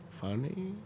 funny